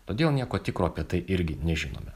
todėl nieko tikro apie tai irgi nežinome